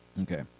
Okay